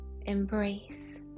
Embrace